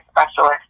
specialist